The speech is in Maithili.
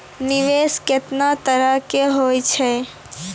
निवेश केतना तरह के होय छै?